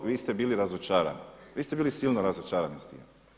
Vi ste bili razočarani, vi ste bili silno razočarani s tim.